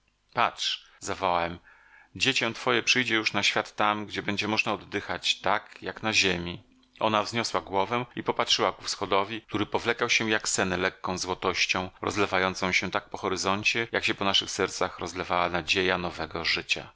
patrz zawołałem dziecię twoje przyjdzie już na świat tam gdzie będzie można oddychać tak jak na ziemi ona wzniosła głowę i popatrzyła ku wschodowi który powlekał się jak sen lekką złotością rozlewającą się tak po horyzoncie jak się po naszych sercach rozlewała nadzieja nowego życia